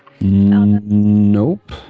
Nope